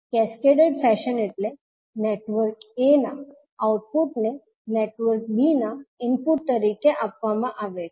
cascade fashion એટલે network a ના output ને નેટવર્ક b ના ઇનપુટ તરીકે આપવામાં આવે છે